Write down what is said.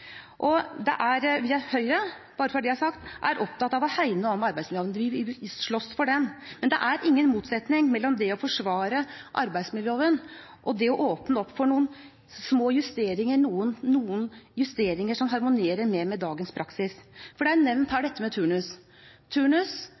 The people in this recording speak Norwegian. så det er sagt – Høyre er opptatt av å hegne om arbeidsmiljøloven. Vi vil slåss for den. Men det er ingen motsetning mellom det å forsvare arbeidsmiljøloven og det å åpne opp for noen små justeringer som harmonerer mer med dagens praksis. Dette med turnus